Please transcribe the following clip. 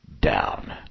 down